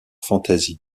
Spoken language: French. fantasy